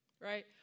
right